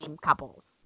couples